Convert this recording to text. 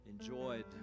enjoyed